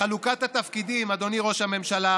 חלוקת התפקידים בין השרים, אדוני ראש הממשלה,